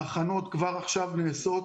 ההכנות כבר עכשיו נעשות.